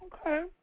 okay